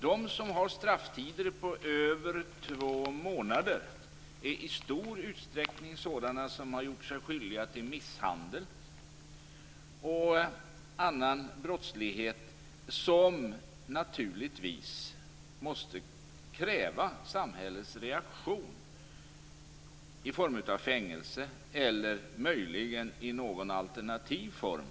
De som har strafftider på över två månader är i stor utsträckning sådana som har gjort sig skyldiga till misshandel och annan brottslighet som naturligtvis måste kräva samhällets reaktion i form av fängelse eller möjligen i någon alternativ form.